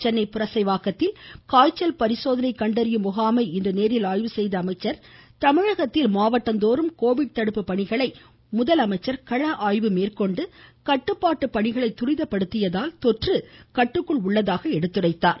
சென்னை புரசைவாக்கத்தில் காய்ச்சல் பரிசோதனை கண்டறியும் முகாமை இன்று நேரில் ஆய்வு செய்த அவர் தமிழகத்தில் மாவட்டந்தோறும் கோவிட் தடுப்பு பணிகளை முதலமைச்சர் கள ஆய்வு மேற்கொண்டு கட்டுப்பாட்டு பணிகளை துரிதப்படுத்தியதால் தொற்று கட்டுக்குள் உள்ளதாக எடுத்துரைத்தார்